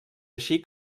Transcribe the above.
així